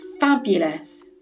Fabulous